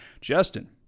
Justin